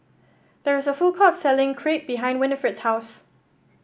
there is a food court selling Crepe behind Winifred's house